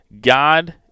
God